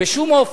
בשום אופן,